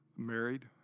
Married